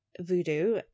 Voodoo